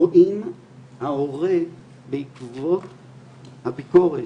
או אם ההורה בעקבות הביקורת,